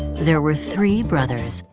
there were three brothers,